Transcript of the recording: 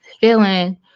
feeling